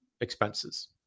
expenses